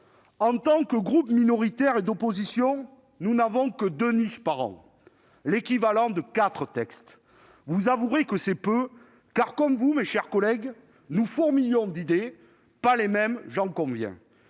en tant que groupe minoritaire et d'opposition, nous n'avons que deux niches par an, c'est-à-dire l'équivalent de quatre textes. Vous avouerez que c'est peu, car, comme vous, mes chers collègues, nous fourmillons d'idées- pas les mêmes, j'en conviens.